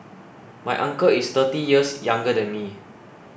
my uncle is thirty years younger than me